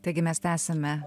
taigi mes tęsiame